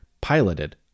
piloted